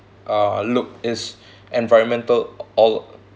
uh look it's environmental or